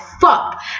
fuck